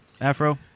Afro